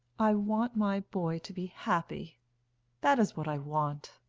i want my boy to be happy that is what i want.